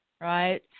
right